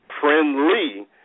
Friendly